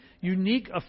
unique